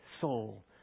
soul